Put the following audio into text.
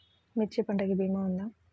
మిర్చి పంటకి భీమా ఉందా?